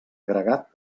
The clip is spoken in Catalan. agregat